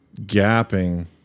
gapping